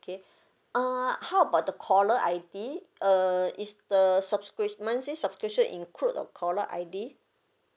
okay uh how about the caller I_D uh is the subscription monthly subscription include a caller I_D